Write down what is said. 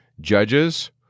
Judges